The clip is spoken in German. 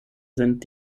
sind